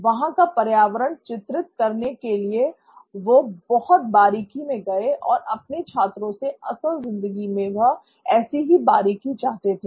वहाँ का पर्यावरण चित्रित करने के लिए वह बहुत बारीकी में गए और अपने छात्रों से असल जिंदगी में वह ऐसी ही बारीकी चाहते थे